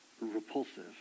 repulsive